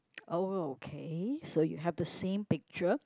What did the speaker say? okay so you have the same picture